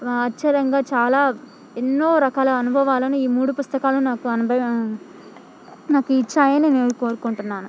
ఆశ్చర్యంగా చాలా ఎన్నో రకాల అనుభవాలను ఈ మూడు పుస్తకాలు నాకు అనుభవాలను నాకు ఇచ్చాయని నేను కోరుకుంటున్నాను